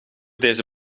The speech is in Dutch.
deze